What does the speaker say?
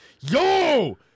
Yo